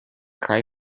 cry